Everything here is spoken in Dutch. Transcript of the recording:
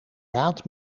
raad